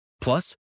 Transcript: Plus